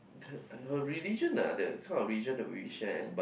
her her religion ah that kind of region that we share but